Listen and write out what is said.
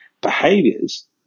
behaviors